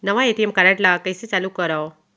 नवा ATM card ल कइसे चालू करव?